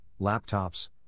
laptops